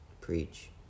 Preach